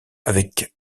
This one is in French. avec